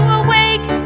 awake